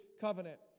covenant